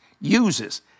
uses